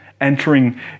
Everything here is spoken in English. entering